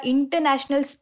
International